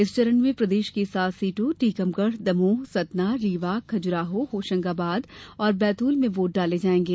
इस चरण में प्रदेश की सात सीटों टीकमगढ़ दमोह सतना रीवा खजुराहो होशंगाबाद और बैतूल में वोट डाले जायेंगे